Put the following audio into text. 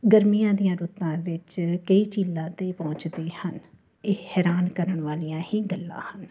ਗਰਮੀਆਂ ਦੀਆਂ ਰੁੱਤਾਂ ਵਿੱਚ ਕਈ ਝੀਲਾਂ 'ਤੇ ਪਹੁੰਚਦੇ ਹਨ ਇਹ ਹੈਰਾਨ ਕਰਨ ਵਾਲੀਆਂ ਹੀ ਗੱਲਾਂ ਹਨ